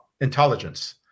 intelligence